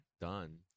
done